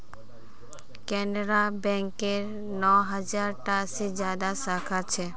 केनरा बैकेर नौ हज़ार टा से ज्यादा साखा छे